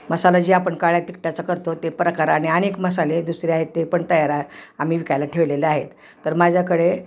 मसाला जे आपण काळ्या तिखटाचं करतो ते प्रकार आ आणि अनेक मसाले दुसरे आहेत ते पण तयाऱ आम्ही विकायला ठेवलेले आहेत तर माझ्याकडे